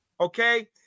okay